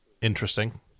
interesting